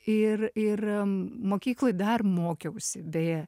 ir ir mokykloj dar mokiausi beje